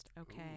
okay